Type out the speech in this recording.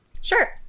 Sure